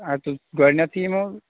اَدٕ گۄڈٕنٮ۪تھٕے یِمو